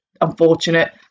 unfortunate